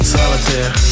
Solitaire